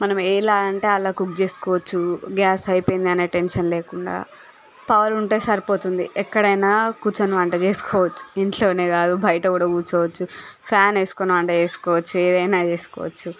మనం ఎలా అంటే అలా కుక్ చేసుకోవచ్చు గ్యాస్ అయిపోయింది అనే టెన్షన్ లేకుండా పవర్ ఉంటే సరిపోతుంది ఎక్కడైనా కూర్చొని వంట చేసుకోవచ్చు ఇంట్లోనే కాదు బయట కూడా కూర్చోవచ్చు ఫ్యాన్ వేసుకొని వంట చేసుకోవచ్చు ఏదైనా చేసుకోవచ్చు